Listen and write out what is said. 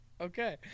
Okay